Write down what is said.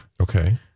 Okay